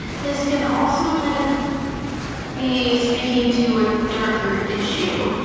this can also kind of be speaking to a darker issue.